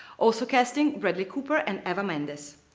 also casting bradley cooper and eva mendes.